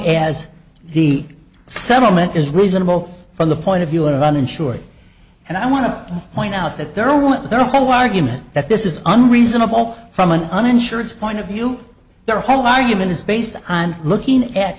as the settlement is reasonable from the point of view of uninsured and i want to point out that they're on their whole argument that this is an reasonable from an uninsured point of view their whole argument is based on looking